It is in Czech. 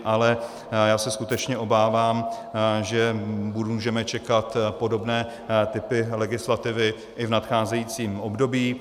Ale já se skutečně obávám, že můžeme čekat podobné typy legislativy i v nadcházejícím období.